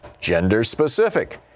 Gender-specific